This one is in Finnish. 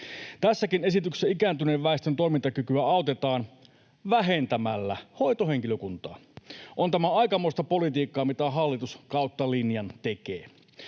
Tässäkin esityksessä ikääntyneen väestön toimintakykyä autetaan vähentämällä hoitohenkilökuntaa. On tämä aikamoista politiikkaa, mitä hallitus kautta linjan tekee.